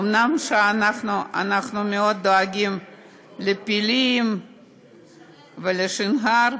אומנם אנחנו מאוד דואגים לפילים ולשנהב,